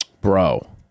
bro